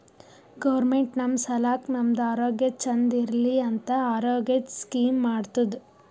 government ನಮ್ ಸಲಾಕ್ ನಮ್ದು ಆರೋಗ್ಯ ಚಂದ್ ಇರ್ಲಿ ಅಂತ ಆರೋಗ್ಯದ್ ಸ್ಕೀಮ್ ಮಾಡ್ತುದ್